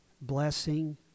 blessing